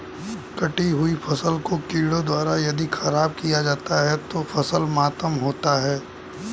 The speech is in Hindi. कटी हुयी फसल को कीड़ों द्वारा यदि ख़राब किया जाता है तो फसल मातम होता है